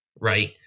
right